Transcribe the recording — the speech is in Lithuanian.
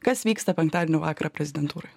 kas vyksta penktadienio vakarą prezidentūroj